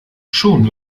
schon